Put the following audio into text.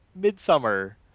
Midsummer